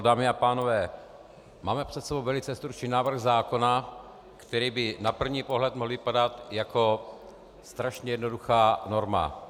Dámy a pánové, máme před sebou velice stručný návrh zákona, který by na první pohled mohl vypadat jako strašně jednoduchá norma.